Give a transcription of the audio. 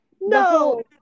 no